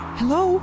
hello